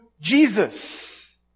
Jesus